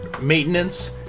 maintenance